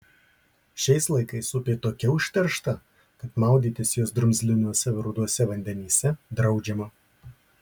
šiais laikais upė tokia užteršta kad maudytis jos drumzlinuose ruduose vandenyse draudžiama